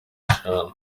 eshanu